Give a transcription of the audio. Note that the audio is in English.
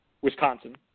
Wisconsin